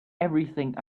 everything